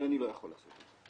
אבל אני לא יכול לעשות את זה.